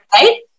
Right